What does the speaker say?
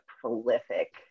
prolific